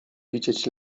widzieć